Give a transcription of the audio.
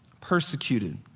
Persecuted